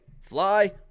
Fly